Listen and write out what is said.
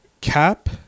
Cap